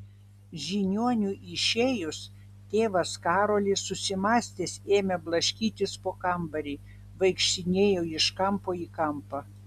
žiniuoniui išėjus tėvas karolis susimąstęs ėmė blaškytis po kambarį vaikštinėjo iš kampo į kampą